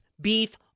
beef